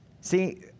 See